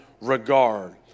regard